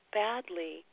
badly